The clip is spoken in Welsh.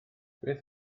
beth